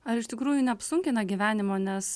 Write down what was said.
ar iš tikrųjų neapsunkina gyvenimo nes